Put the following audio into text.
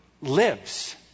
lives